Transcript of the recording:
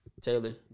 Taylor